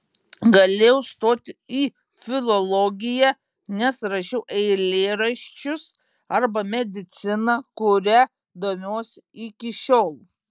galėjau stoti į filologiją nes rašiau eilėraščius arba mediciną kuria domiuosi iki šiol